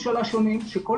כון